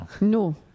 No